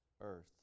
earth